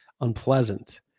unpleasant